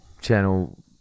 channel